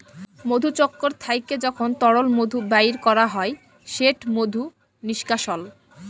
মধুচক্কর থ্যাইকে যখল তরল মধু বাইর ক্যরা হ্যয় সেট মধু লিস্কাশল